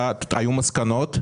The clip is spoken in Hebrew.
ואנחנו פוטרים אותם מהרבה דברים,